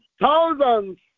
thousands